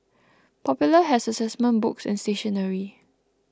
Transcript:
popular has assessment books and stationery